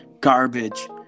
garbage